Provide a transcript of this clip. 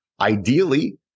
ideally